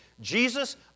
Jesus